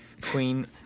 queen